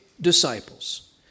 disciples